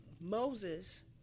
Moses